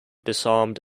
disarmed